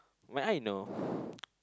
my eye know